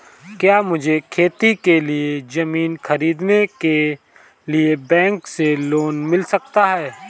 क्या मुझे खेती के लिए ज़मीन खरीदने के लिए बैंक से लोन मिल सकता है?